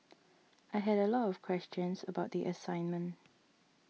I had a lot of questions about the assignment